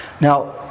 Now